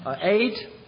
eight